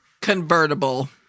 Convertible